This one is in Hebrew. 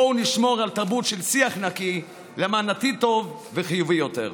בואו נשמור על תרבות של שיח נקי למען עתיד טוב וחיובי יותר.